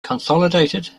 consolidated